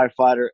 firefighter